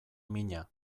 mina